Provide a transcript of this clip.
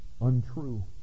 untrue